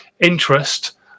interest